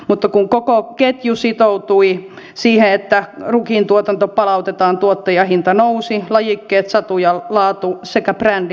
mutta kun koko ketju sitoutui siihen että rukiintuotanto palautetaan tuottajahinta nousi lajikkeet sato ja laatu sekä brändi parantuivat